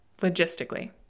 logistically